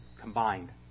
combined